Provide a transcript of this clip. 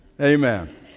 Amen